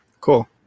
Cool